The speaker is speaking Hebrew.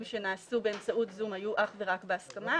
שנעשו באמצעות "זום" היו אך ורק בהסכמה.